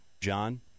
John